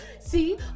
see